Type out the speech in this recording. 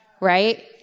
right